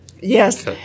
yes